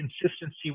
consistency